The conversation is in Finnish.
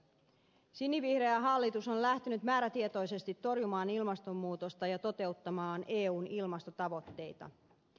sinivihreä hallitus on lähtenyt määrätietoisesti torjumaan ilmastonmuutosta ja toteuttamaan eun ilmastotavoitteita